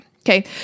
Okay